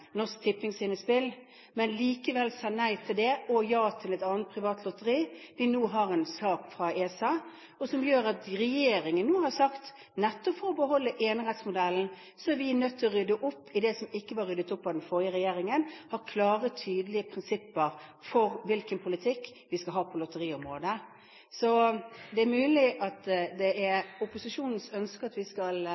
spill – man sa likevel nei til det og ja til et annet privat lotteri – at vi nå har en sak fra ESA, som gjør at regjeringen nå har sagt: Nettopp for å beholde enerettsmodellen er vi nødt til å rydde opp i det som ikke var ryddet opp av den forrige regjeringen, og ha klare, tydelige prinsipper for hvilken politikk vi skal ha på lotteriområdet. Det er mulig at det er opposisjonens ønske at vi skal